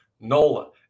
nola